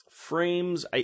frames